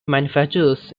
manufacturers